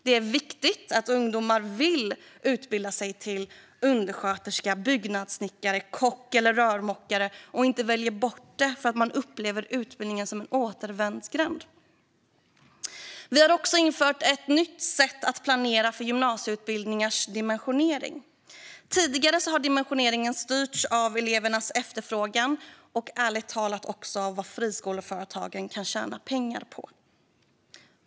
Det är viktigt att ungdomar vill utbilda sig till undersköterska, byggnadssnickare, kock eller rörmokare och inte väljer bort det för att de upplever utbildningen som en återvändsgränd. Vi har infört ett nytt sätt att planera för gymnasieutbildningarnas dimensionering. Tidigare har dimensioneringen styrts av elevernas efterfrågan - och ärligt talat också av vad friskoleföretagen kan tjäna pengar på.